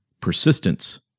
persistence